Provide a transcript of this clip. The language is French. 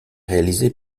réalisé